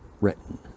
written